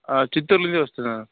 చిత్తూరుకి వస్తున్నా